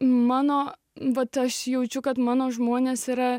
mano vat aš jaučiu kad mano žmonės yra